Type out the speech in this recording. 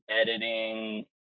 editing